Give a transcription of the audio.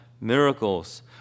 miracles